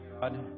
God